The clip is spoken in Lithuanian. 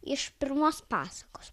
iš pirmos pasakos